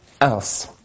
else